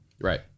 Right